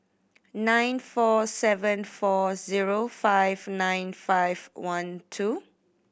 nine four seven four zero five nine five one two